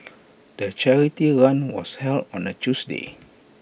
the charity run was held on A Tuesday